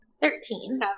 Thirteen